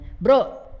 bro